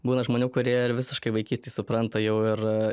būna žmonių kurie ir visiškai vaikystėj supranta jau ir